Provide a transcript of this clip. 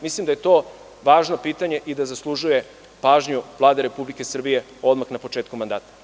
Mislim da je to važno pitanje i da zaslužuje pažnju Vlade Republike Srbije, odmah na početku mandata.